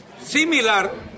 Similar